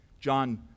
John